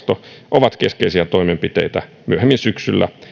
ovat keskeisiä toimenpiteitä myöhemmin syksyllä